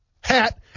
hat